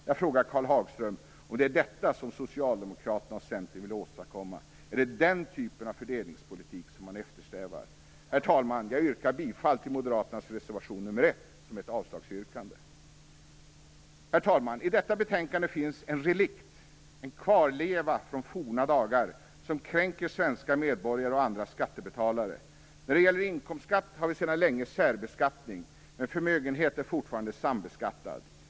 Jag frågar Karl Hagström om det är detta som Socialdemokraterna och Centern vill åstadkomma. Är det den typen av fördelningspolitik som man eftersträvar? Herr talman! Jag yrkar bifall till vår reservation 1 som är ett avslagsyrkande. I detta betänkande finns en relikt, en kvarleva från forna dagar som kränker svenska medborgare och andra skattebetalare. När det gäller inkomstskatt har vi sedan länge särbeskattning, men förmögenhet är fortfarande sambeskattad.